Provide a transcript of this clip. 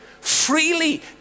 freely